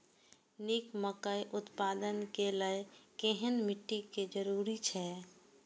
निक मकई उत्पादन के लेल केहेन मिट्टी के जरूरी छे?